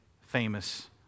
famous